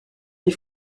des